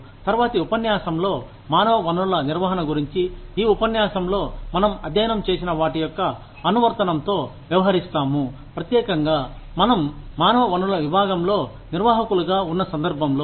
తర్వాతి ఉపన్యాసంలో మానవ వనరుల నిర్వహణ గురించి ఈ ఉపన్యాసంలో మనం అధ్యయనం చేసిన వాటి యొక్క అనువర్తనంతో వ్యవహరిస్తాము ప్రత్యేకంగా మనం మానవ వనరుల విభాగంలో నిర్వాహకులుగా ఉన్న సందర్భంలో